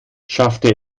schaffte